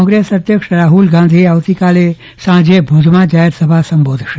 કોગ્રેસ અધ્યક્ષ રાફ્લ ગાંધી આવતી કાલે સાંજે ભુજમાં જાફેર સભા સંબોધશે